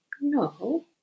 no